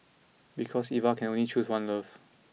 because Eva can only choose one love